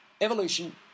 Evolution